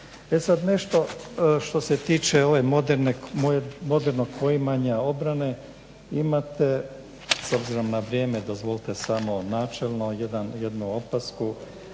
E sad nešto što se tiče ove modernog poimanja obrane. Imate s obzirom na vrijeme dozvolite samo načelno jednu opasku.